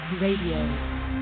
Radio